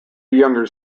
younger